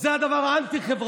זה דבר אנטי-חברתי.